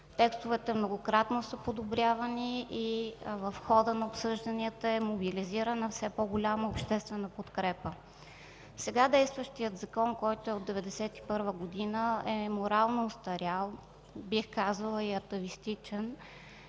текстовете многократно са подобрявани и в хода на обсъжданията е мобилизирана все по-голяма обществена подкрепа. Сега действащият закон, който е от 1991 г., е морално остарял, бих казала и атавистичен,